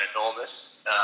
enormous